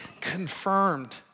confirmed